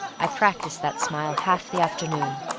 i practiced that smile half the afternoon.